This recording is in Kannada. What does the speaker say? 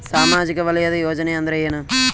ಸಾಮಾಜಿಕ ವಲಯದ ಯೋಜನೆ ಅಂದ್ರ ಏನ?